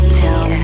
tell